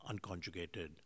unconjugated